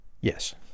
Yes